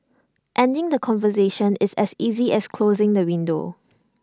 ending the conversation is as easy as closing the window